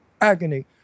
agony